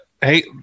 hey